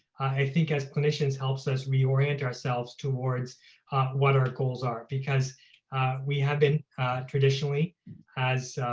i think as clinicians helps us reorient ourselves towards what our goals are because we have been traditionally as